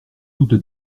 doute